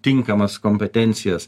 tinkamas kompetencijas